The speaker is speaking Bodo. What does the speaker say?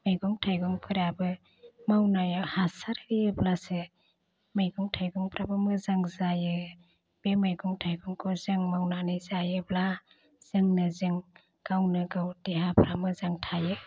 मैगं थाइगंफ्राबो मावनायाव हासार होयोब्लासो मैगं थाइगंफ्राबो मोजां जायो बे मैगं थाइगंखौ जों मावनानै जायोब्ला जोंनो जों गावनो गाव देहाफ्रा मोजां थायो